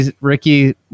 Ricky